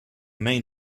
main